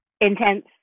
intense